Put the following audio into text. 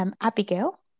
Abigail